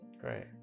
Great